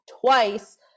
twice